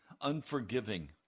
unforgiving